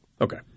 Okay